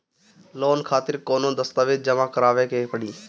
Loan खातिर कौनो दस्तावेज जमा करावे के पड़ी?